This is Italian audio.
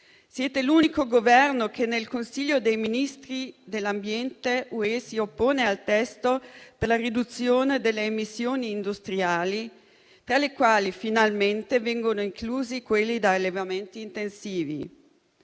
siete l'unico Governo che nel Consiglio dei ministri dell'ambiente UE si oppone al testo per la riduzione delle emissioni industriali, tra le quali finalmente vengono incluse quelle da allevamenti intensivi.